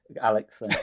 Alex